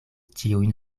ĉiujn